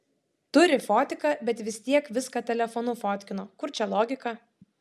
turi fotiką bet vis tiek viską telefonu fotkino kur čia logika